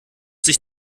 sich